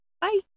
Bye